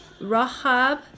rahab